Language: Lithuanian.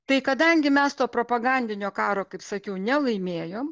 tai kadangi mes to propagandinio karo kaip sakiau nelaimėjom